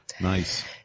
Nice